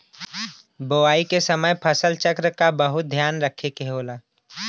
बोवाई के समय फसल चक्र क बहुत ध्यान रखे के होला